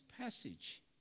passage